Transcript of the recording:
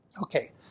Okay